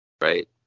Right